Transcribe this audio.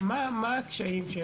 מה הקשיים?